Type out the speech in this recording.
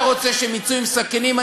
אתה רוצה שהם יצאו עם סכינים?